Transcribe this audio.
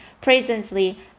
Presently